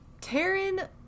Taryn